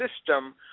system